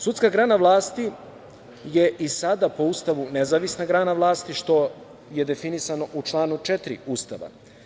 Sudska grana vlasti je i sada po Ustavu nezavisna grana vlasti što je definisano u članu 4. Ustava.